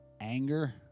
anger